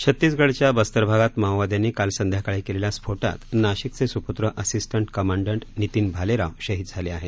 छत्तीसगढच्या बस्तर भागात माओवाद्यांनी काल संध्याकाळी केलेल्या स्फोटात नाशिकचे सुपूत्र असिस्टंट कमांडट नितीन भालेराव शहीद झाले आहेत